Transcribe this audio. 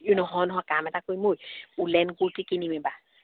নহয় নহয় কাম এটা কৰিম অই মই ওলেন কুৰটি কিনিম এইবাৰ